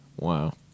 wow